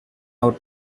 out